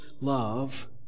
love